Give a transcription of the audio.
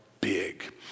big